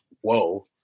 whoa